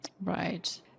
Right